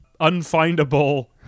unfindable